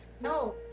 No